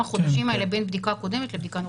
חודשים האלה בין בדיקה קודמת לבדיקה נוכחית,